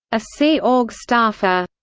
a sea org staffer.